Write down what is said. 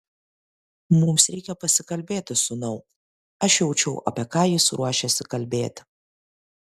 mums reikia pasikalbėti sūnau aš jaučiau apie ką jis ruošiasi kalbėti